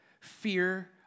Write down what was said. fear